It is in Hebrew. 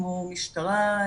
כמו משטרה,